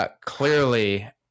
Clearly